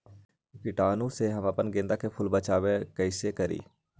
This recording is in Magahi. कीटाणु से हम अपना गेंदा फूल के बचाओ कई से करी?